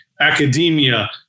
academia